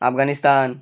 Afghanistan